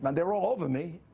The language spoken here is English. but they were all over me